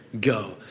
go